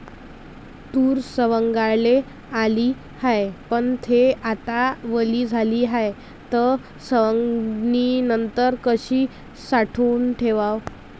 तूर सवंगाले आली हाये, पन थे आता वली झाली हाये, त सवंगनीनंतर कशी साठवून ठेवाव?